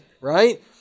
right